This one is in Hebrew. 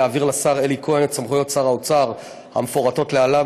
להעביר לשר אלי כהן את סמכויות שר האוצר המפורטות להלן,